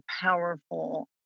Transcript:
powerful